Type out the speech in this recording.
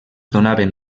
donaven